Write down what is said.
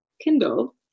Kindle